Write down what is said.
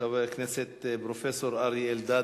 חבר הכנסת פרופסור אריה אלדד,